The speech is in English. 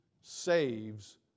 saves